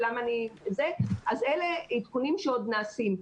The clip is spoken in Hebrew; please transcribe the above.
אז אלה עדכונים שעוד נעשים.